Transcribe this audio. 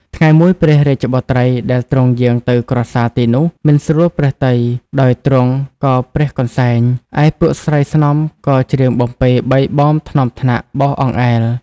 ថ្ងៃមួយព្រះរាជបុត្រីដែលទ្រង់យាងទៅក្រសាលទីនោះ មិនស្រួលព្រះទ័យ ដោយទ្រង់ក៏ព្រះកន្សែង ឯពួកស្រីស្នំក៏ច្រៀងបំពេបីបមថ្នមថ្នាក់បោសអង្អែល